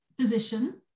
physician